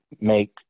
make